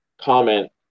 comment